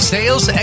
Sales